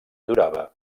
durava